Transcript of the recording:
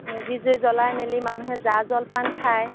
মেজি জুই জ্বলাই মেলি মানুহে জা জলপান খায়